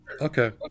Okay